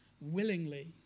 willingly